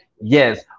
Yes